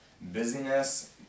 busyness